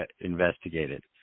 investigated